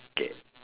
okay